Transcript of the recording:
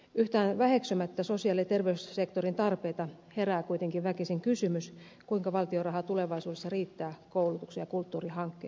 yhtään väheksymättä sosiaali ja terveyssektorin tarpeita herää kuitenkin väkisin kysymys kuinka valtion raha tulevaisuudessa riittää koulutuksen ja kulttuurin hankkeisiin